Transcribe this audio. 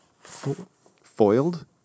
Foiled